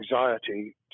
anxiety